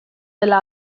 dela